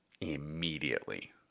immediately